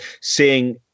seeing